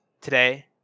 today